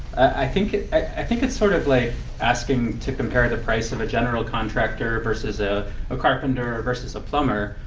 i think i think it's sort of like asking to compare the price of a general contractor versus a a carpenter or versus a plumber,